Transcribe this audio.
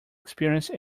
experience